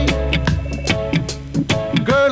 Girl